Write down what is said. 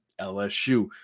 LSU